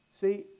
See